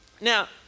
Now